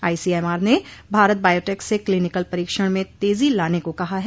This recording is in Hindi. आई सी एम आर ने भारत बायोटेक से क्लीनिकल परीक्षण में तेजी लाने को कहा है